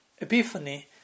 epiphany